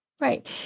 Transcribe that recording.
Right